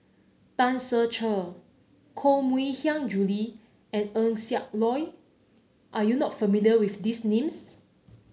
Tan Ser Cher Koh Mui Hiang Julie and Eng Siak Loy are you not familiar with these names